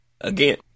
again